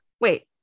Wait